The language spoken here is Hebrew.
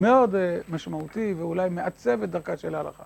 מאוד משמעותי, ואולי מעצב את דרכה של ההלכה.